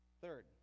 Third